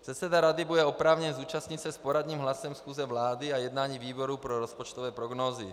Předseda rady bude oprávněn zúčastnit se s poradním hlasem schůze vlády a jednání výboru pro rozpočtové prognózy.